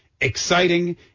Exciting